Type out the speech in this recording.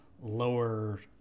lower